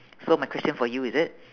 so my question for you is it